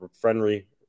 friendly